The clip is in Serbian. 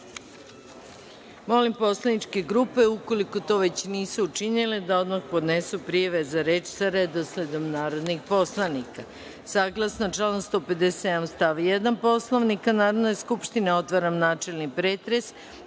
poslaničke grupe, ukoliko to već nisu učinile, da odmah podnesu prijave za reč sa redosledom narodnih poslanika. Saglasno članu 157. stav 1. Poslovnika Narodne skupštine, otvaram načelni pretres